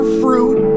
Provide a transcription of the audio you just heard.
fruit